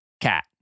cat